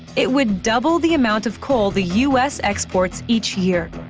it would double the amount of coal the u s. exports each year.